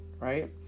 right